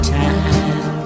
time